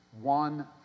One